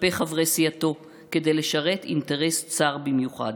כלפי חברי סיעתו כדי לשרת אינטרס צר במיוחד.